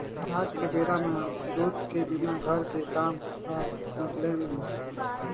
आज के बेरा म दूद के बिना घर के काम ह निकलय नइ